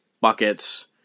buckets